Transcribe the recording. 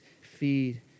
feed